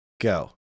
Go